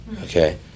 Okay